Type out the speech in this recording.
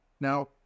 Now